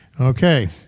Okay